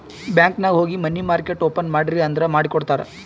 bank ನಾಗ್ ಹೋಗಿ money market open ಮಾಡ್ರಿ ಅಂದುರ್ ಮಾಡಿ ಕೊಡ್ತಾರ್